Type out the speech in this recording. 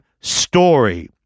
story